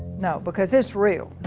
no, because it's real.